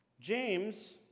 James